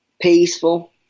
Peaceful